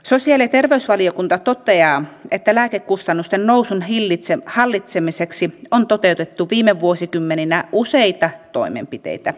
sosiaali ja terveysvaliokunta toteaa että lääkekustannusten nousun hallitsemiseksi on toteutettu viime vuosikymmeninä useita toimenpiteitä